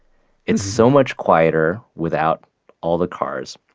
it's so much quieter without all the cars.